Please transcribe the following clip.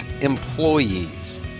employees